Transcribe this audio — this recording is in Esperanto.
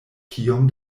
kiom